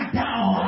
down